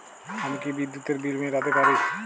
আমি কি বিদ্যুতের বিল মেটাতে পারি?